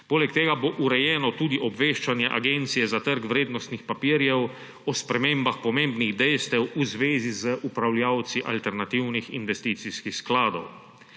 Poleg tega bo urejeno tudi obveščanje Agencije za trg vrednostnih papirjev o spremembah pomembnih dejstev v zvezi z upravljavci alternativnih investicijskih skladov.